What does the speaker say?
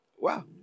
Wow